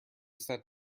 sat